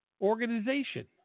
organization